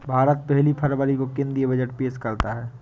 भारत पहली फरवरी को केंद्रीय बजट पेश करता है